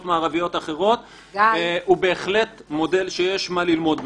מערביות אחרות הוא בהחלט מודל שיש מה ללמוד ממנו.